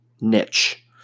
niche